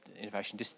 Innovation